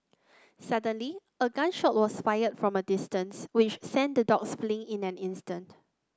suddenly a gun shot was fired from a distance which sent the dogs fleeing in an instant